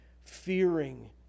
fearing